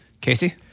Casey